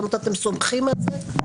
אתם סומכים עליו?